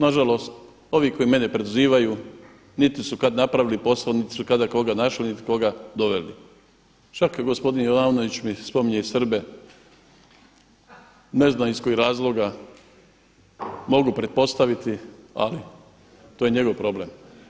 Nažalost, ovi koji mene prozivaju niti su kada napravili posao niti su kada koga našli niti koga doveli, čak gospodin Jovanović mi spominje Srbe, ne znam iz kojih razloga, mogu pretpostaviti ali to je njegov problem.